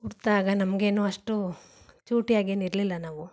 ಹುಟ್ಟಿದಾಗ ನಮಗೇನು ಅಷ್ಟು ಚೂಟಿಯಾಗೇನು ಇರಲಿಲ್ಲ ನಾವು